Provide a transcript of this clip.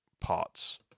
parts